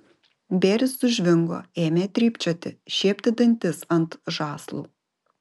bėris sužvingo ėmė trypčioti šiepti dantis ant žąslų